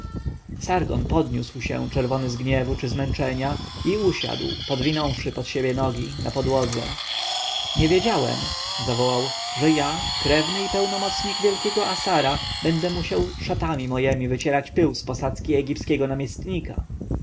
sargon podniósł się czerwony z gniewu czy zmęczenia i usiadł podwinąwszy pod siebie nogi na podłodze nie wiedziałem zawołał że ja krewny i pełnomocnik wielkiego assara będę musiał szatami mojemi wycierać pył z posadzki egipskiego namiestnika